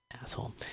Asshole